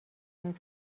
دعوت